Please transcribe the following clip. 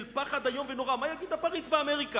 של פחד איום ונורא מה יגיד הפריץ באמריקה